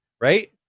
right